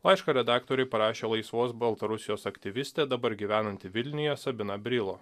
laišką redaktoriui parašė laisvos baltarusijos aktyvistė dabar gyvenanti vilniuje sabina brilo